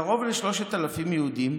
קרוב ל-3,000 יהודים,